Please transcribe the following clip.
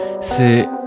C'est